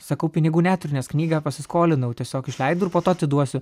sakau pinigų neturiu nes knygą pasiskolinau tiesiog išleidu ir po to atiduosiu